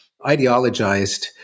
ideologized